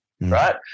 right